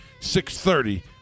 630